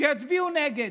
שיצביעו נגד,